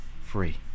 free